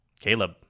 Caleb